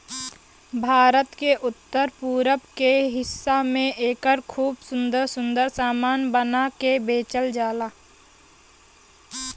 भारत के उत्तर पूरब के हिस्सा में एकर खूब सुंदर सुंदर सामान बना के बेचल जाला